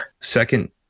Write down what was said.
second